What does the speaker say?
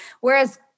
Whereas